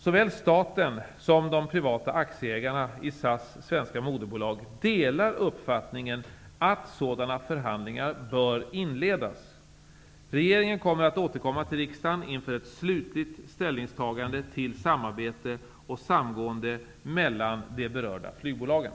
Såväl staten som de privata aktieägarna i SAS svenska moderbolag delar uppfattningen att sådana förhandlingar bör inledas. Regeringen kommer att återkomma till riksdagen inför ett slutligt ställningstagande till samarbete och samgående mellan de berörda flygbolagen.